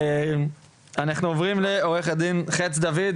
אנחנו עוברים לעו"ד חץ דוד,